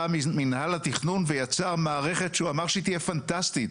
מנהל התכנון ויצר מערכת שהוא אמר שהיא תהיה פנטסטית,